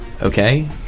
Okay